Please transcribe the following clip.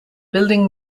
building